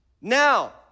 Now